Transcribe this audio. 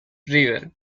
river